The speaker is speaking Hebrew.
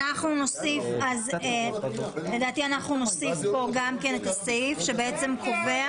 לדעתי אנחנו נוסיף כאן סעיף שקובע